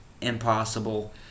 impossible